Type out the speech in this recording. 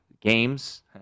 games